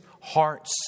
hearts